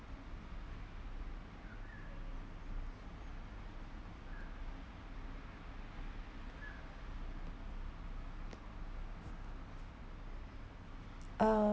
uh